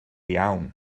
iawn